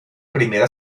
primera